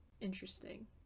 Interesting